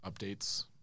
updates